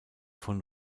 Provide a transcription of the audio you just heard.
von